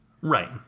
Right